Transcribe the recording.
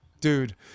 dude